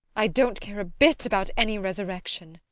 i don't care a bit about any resurrection!